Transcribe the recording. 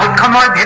c'mon,